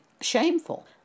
shameful